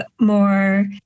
more